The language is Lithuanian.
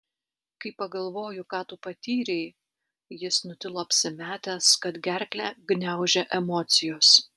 kai pagalvoju ką tu patyrei jis nutilo apsimetęs kad gerklę gniaužia emocijos